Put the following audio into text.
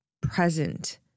present